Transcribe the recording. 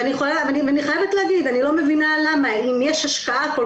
ואני חייבת להגיד שאני לא מבינה למה אם יש השקעה כל